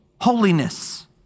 Holiness